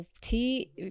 tea